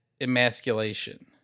emasculation